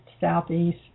southeast